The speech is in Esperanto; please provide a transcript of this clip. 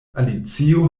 alicio